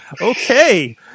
Okay